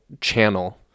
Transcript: channel